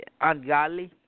ungodly